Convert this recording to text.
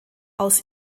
aus